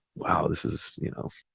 wow, this is, you know,